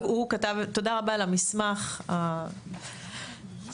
תודה רבה על המסמך העמוק,